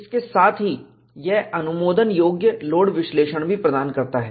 इसके साथ ही यह अनुमोदन योग्य लोड विश्लेषण भी प्रदान करता है